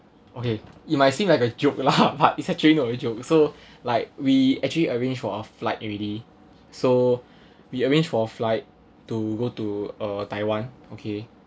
okay it might seem like a joke lah but it's actually not a joke so like we actually arrange for our flight already so we arrange for flight to go to uh taiwan okay